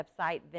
website